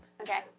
Okay